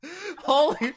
Holy